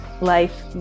life